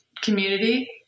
community